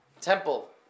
temple